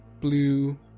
Blue